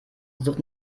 sucht